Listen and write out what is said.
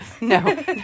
no